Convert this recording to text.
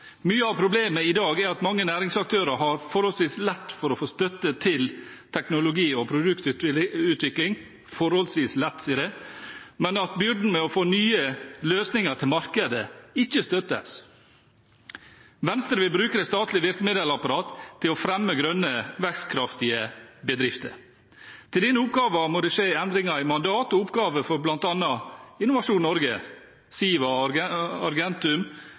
Mye av problemet i dag er at mange næringsaktører har forholdsvis lett for å få støtte til teknologi- og produktutvikling – forholdsvis lett, sier jeg – men at byrden med å få nye løsninger til markedet ikke støttes. Venstre vil bruke det statlige virkemiddelapparatet til å fremme grønne, vekstkraftige bedrifter. Til denne oppgaven må det skje endringer i mandat og oppgaver for bl.a. Innovasjon Norge, Siva og Argentum,